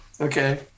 Okay